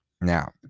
Now